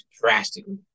drastically